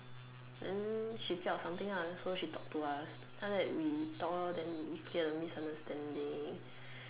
and she felt something lah so she talked to us then after that we talked lor so it's a misunderstanding